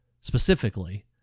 specifically